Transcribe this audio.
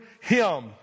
him